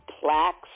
plaques